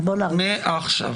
מעכשיו.